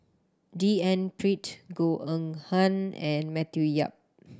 D N Pritt Goh Eng Han and Matthew Yap